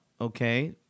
Okay